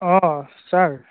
অঁ ছাৰ